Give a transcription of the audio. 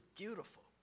beautiful